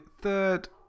third